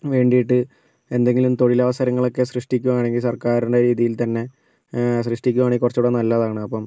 വേണ്ടിട്ട് എന്തെങ്കിലും തൊഴിലവസരങ്ങളൊക്കെ സൃഷ്ടിക്കുവാണെങ്കിൽ സർക്കാര്ടെ രീതിയിൽ തന്നെ സൃഷ്ടിക്കുവാണേൽ കുറച്ചുടെ നല്ലതാണ് അപ്പം